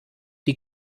die